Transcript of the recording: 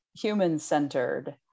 human-centered